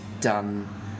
done